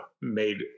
made